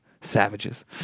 savages